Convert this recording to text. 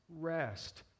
rest